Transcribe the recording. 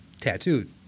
tattooed